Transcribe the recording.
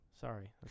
Sorry